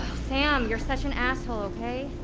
sam you're such an asshole, okay.